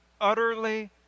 utterly